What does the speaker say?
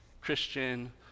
Christian